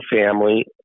family